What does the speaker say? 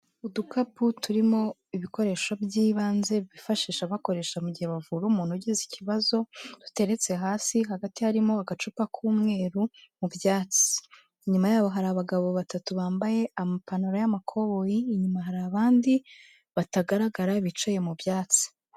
Udukapu turimo ibikoresho by'ibanze bifashisha bakoresha mu gihe bavura umuntu ugize ikibazo, duteretse hasi, hagati harimo agacupa k'umweru mu byatsi, inyuma yaho hari abagabo batatu bambaye amapantaro y'amakoboyi, inyuma hari abandi batagaragara bicaye mu byatsi.